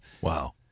Wow